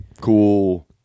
cool